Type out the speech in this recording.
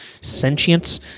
sentience